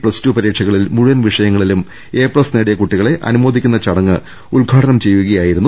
plus two പരീക്ഷകളിൽ മുഴുവൻ വിഷയങ്ങളിലും എ പ്ലസ് നേടിയ കുട്ടികളെ അനുമോ ദിക്കുന്ന ചടങ്ങ് ഉദ്ഘാടനം ചെയ്യുകയായിരുന്നു മന്ത്രി